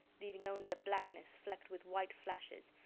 leaving only a blackness flecked with white flashes,